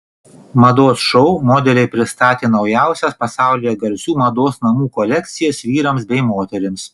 mados šou modeliai pristatė naujausias pasaulyje garsių mados namų kolekcijas vyrams bei moterims